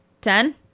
Ten